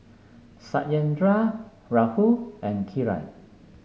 Satyendra Rahul and Kiran